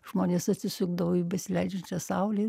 žmonės atsisukdavo į besileidžiančią saulę ir